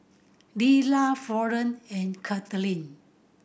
Lelah Florene and Cathleen